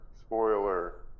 spoiler